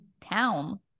town